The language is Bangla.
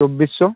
চব্বিশশো